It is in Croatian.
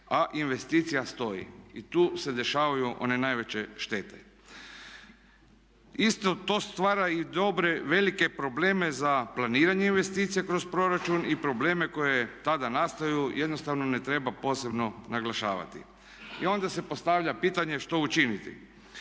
a investicija stoji. I tu se dešavaju one najveće štete. Isto to stvara i dobre velike probleme za planiranje investicija kroz proračun i probleme koji tada nastaju jednostavno ne treba posebno naglašavati. I onda se postavlja pitanje što učiniti?